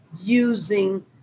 using